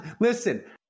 Listen